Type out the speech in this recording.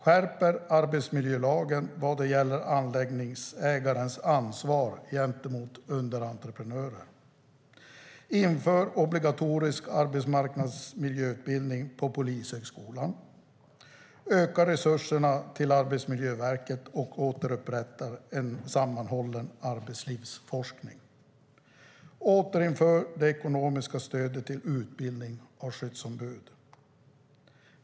Skärp arbetsmiljölagen vad gäller anläggningsägarens ansvar gentemot underentreprenörer. Inför obligatorisk arbetsmiljöutbildning på polishögskolan. Öka resurserna till Arbetsmiljöverket och återupprätta en sammanhållen arbetslivsforskning. Återinför det ekonomiska stödet till utbildning och skyddsombud.